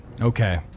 okay